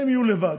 הם יהיו לבד,